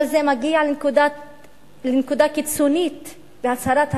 אבל זה מגיע לנקודה קיצונית בהצהרת השר,